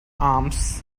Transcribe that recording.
arms